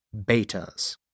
Betas